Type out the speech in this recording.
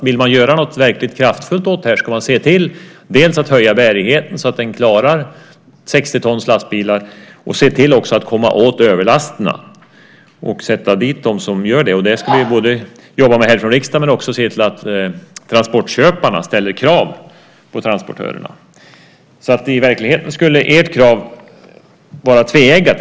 Vill man göra något verkligt kraftfullt åt detta ska man se till att dels höja bärigheten så att den klarar 60-tons lastbilar, dels komma åt överlasterna och sätta dit dem som gör detta. Det ska vi jobba med härifrån riksdagen, men vi ska också se till att transportköparna ställer krav på transportörerna. I verkligheten skulle ert krav vara tveeggat.